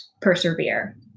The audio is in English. persevere